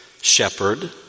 shepherd